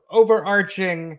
overarching